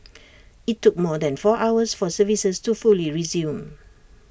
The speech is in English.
IT took more than four hours for services to fully resume